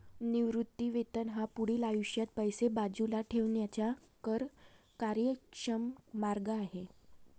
निवृत्ती वेतन हा पुढील आयुष्यात पैसे बाजूला ठेवण्याचा कर कार्यक्षम मार्ग आहे